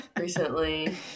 recently